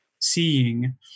seeing